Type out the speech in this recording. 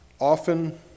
often